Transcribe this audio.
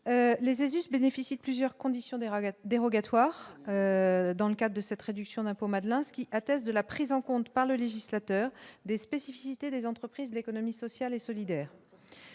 les us bénéficie de plusieurs conditions dérogatoires dérogatoire dans le cas de cette réduction d'impôt Madelin ce qui atteste de la prise en compte par le législateur des spécificités des entreprises d'économie sociale et solidaire,